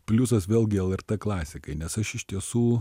pliusas vėlgi lrt klasikai nes aš iš tiesų